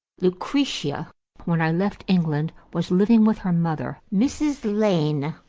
lucretia, when i left england, was living with her mother, mrs. lane,